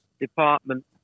Department